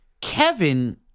Kevin